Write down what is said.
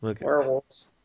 Werewolves